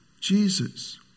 Jesus